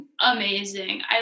amazing